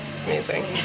Amazing